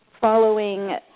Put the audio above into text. following